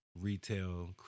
retail